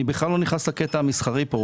אני בכלל לא נכנס לקטע המסחרי כאן.